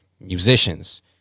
Musicians